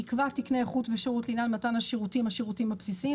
יקבע תקני איכות ושירות לעניין מתן השירותים השירותים הבסיסיים,